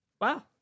wow